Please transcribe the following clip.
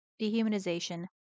dehumanization